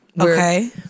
okay